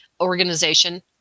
organization